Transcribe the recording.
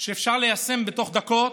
שאפשר ליישם בתוך דקות.